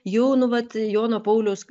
jau nu vat jono pauliaus